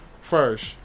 first